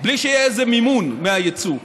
בלי שיהיה מימון מהיצוא,